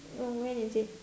um when is it